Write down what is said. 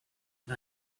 and